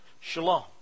shalom